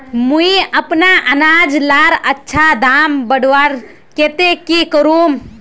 मुई अपना अनाज लार अच्छा दाम बढ़वार केते की करूम?